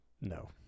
No